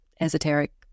esoteric